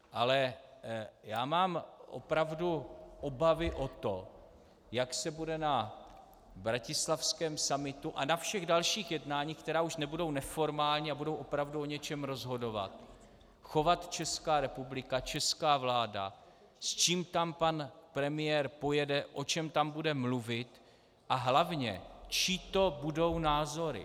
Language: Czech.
Ale já mám opravdu obavy o to, jak se bude na bratislavském summitu a na všech dalších jednáních, která už nebudou neformální a budou opravdu o něčem rozhodovat, chovat Česká republika, česká vláda, s čím tam pan premiér pojede, o čem tam bude mluvit, a hlavně, čí to budou názory.